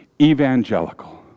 evangelical